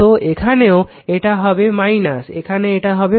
তো এখানেও এটা হবে এটা এখন হবে